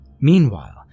Meanwhile